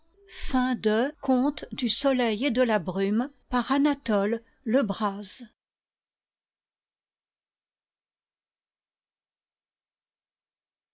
du soleil et de la brume reine anne marguerite et robert le braz